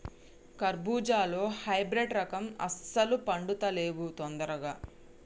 కర్బుజాలో హైబ్రిడ్ రకం అస్సలు పండుతలేవు దొందరగా